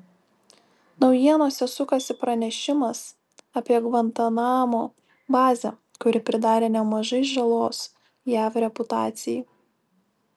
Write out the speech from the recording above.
naujienose sukasi pranešimas apie gvantanamo bazę kuri pridarė nemažai žalos jav reputacijai